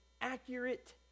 accurate